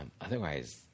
Otherwise